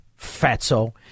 fatso